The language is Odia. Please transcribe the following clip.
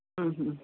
ହୁଁ ହୁଁ